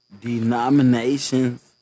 denominations